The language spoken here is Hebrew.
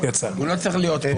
אני לא מבין.